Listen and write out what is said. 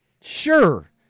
Sure